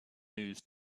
news